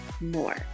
more